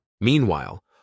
Meanwhile